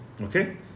okay